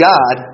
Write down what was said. God